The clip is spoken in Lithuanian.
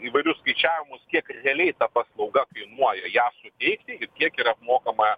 įvairius skaičiavimus kiek realiai paslauga kainuoja ją suteikti ir kiek yra mokama